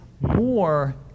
more